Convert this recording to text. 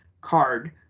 card